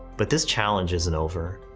but this challenge isn't over.